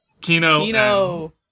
Kino